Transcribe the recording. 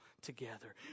together